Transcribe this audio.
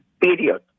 Period